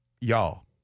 Y'all